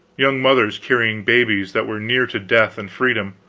young mothers carrying babes that were near to death and freedom,